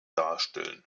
darstellen